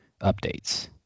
updates